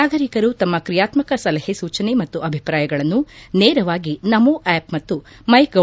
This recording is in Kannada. ನಾಗರಿಕರು ತಮ್ಮ ಕ್ರಿಯಾತ್ಮಕ ಸಲಹೆ ಸೂಚನೆ ಮತ್ತು ಅಭಿಪ್ರಾಯಗಳನ್ನು ನೇರವಾಗಿ ನಮೋ ಆಪ್ ಮತ್ತು ಮೈಗೌ